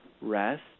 rest